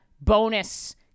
bonus